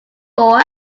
thaw